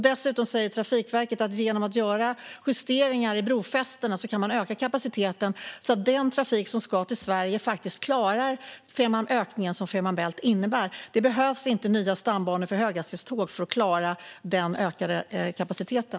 Dessutom säger Trafikverket att kapaciteten kan ökas genom att man gör justeringar i brofästena så att den trafik som ska till Sverige klarar den ökning som Fehmarn Bält innebär. Det behövs inte nya stambanor för höghastighetståg för att klara den ökningen.